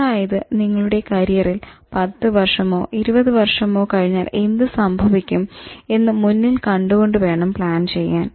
അതായത് നിങ്ങളുടെ കരിയറിൽ 10 വർഷമോ 20 വർഷമോ കഴിഞ്ഞാൽ എന്ത് സംഭവിക്കും എന്ന് മുന്നിൽ കണ്ടുകൊണ്ട് വേണം പ്ലാൻ ചെയ്യാൻ